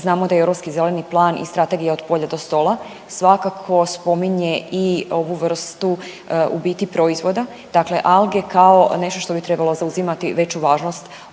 Znamo da Europski zeleni plan i strategija od polja do stola svakako spominje i ovu vrstu u biti proizvoda. Dakle, alge kao nešto što bi trebalo zauzimati veću važnost